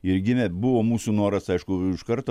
ir gimė buvo mūsų noras aišku iš karto